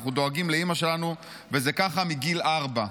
אנחנו דואגים לאימא שלנו וזה ככה מגיל ארבע,